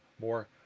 more